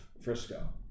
Frisco